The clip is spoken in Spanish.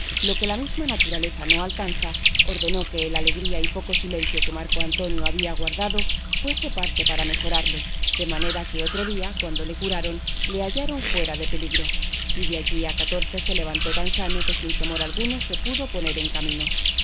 lo que la misma naturaleza no alcanza ordenó que el alegría y poco silencio que marco antonio había guardado fuese parte para mejorarle de manera que otro día cuando le curaron le hallaron fuera de peligro y de allí a catorce se levantó tan sano que sin temor alguno se pudo poner en camino